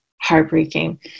heartbreaking